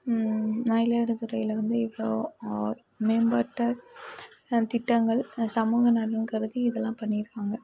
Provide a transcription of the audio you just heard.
மயிலாடுதுறையில் வந்து இவ்வளோ மேம்பாட்ட திட்டங்கள் சமூக நலன் கருதி இதலாம் பண்ணியிருக்காங்க